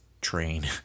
train